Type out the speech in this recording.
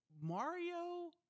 mario